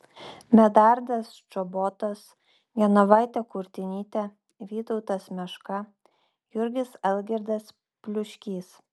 medardas čobotas genovaitė kurtinytė vytautas meška jurgis algirdas pliuškys